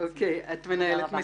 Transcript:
מנהלת מסיל"ה.